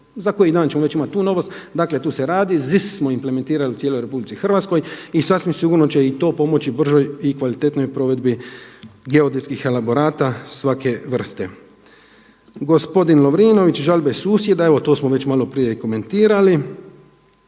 za koji dan ćemo već imati tu novost, dakle tu se radi, ZIS smo implementirali u cijeloj Republici Hrvatskoj i sasvim sigurno će i to pomoći bržoj i kvalitetnijoj provedbi geodetskih elaborata svake vrste. Gospodin Lovrinović, žalbe susjeda evo to smo već maloprije komentirali,